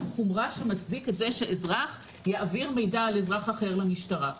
החומרה שמצדיק את זה שאזרח יעביר מידע על אזרח אחר למשטרה.